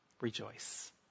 rejoice